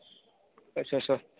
अच्छा अच्छा